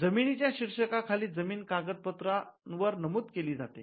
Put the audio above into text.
जमीनीच्या शीर्षकाखाली जमिन कागद पत्रांवर नमुद केली जाते